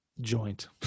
joint